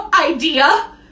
idea